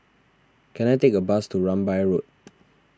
can I take a bus to Rambai Road